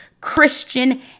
Christian